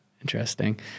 interesting